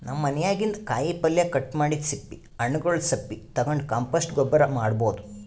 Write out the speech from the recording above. ನಮ್ ಮನ್ಯಾಗಿನ್ದ್ ಕಾಯಿಪಲ್ಯ ಕಟ್ ಮಾಡಿದ್ದ್ ಸಿಪ್ಪಿ ಹಣ್ಣ್ಗೊಲ್ದ್ ಸಪ್ಪಿ ತಗೊಂಡ್ ಕಾಂಪೋಸ್ಟ್ ಗೊಬ್ಬರ್ ಮಾಡ್ಭೌದು